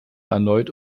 erneut